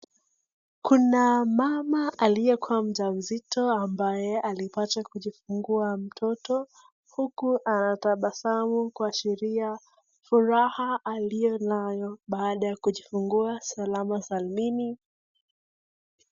Kuna mama aliyekuwa mjamzito ambaye alipata kujifungua mtoto huku anatabasamu kuashiria furaha aliyo nayo baada ya kujifungua salama salamini.